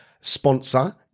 sponsor